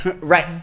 right